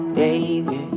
baby